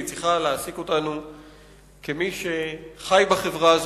והיא צריכה להעסיק אותנו כמי שחיים בחברה הזאת